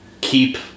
keep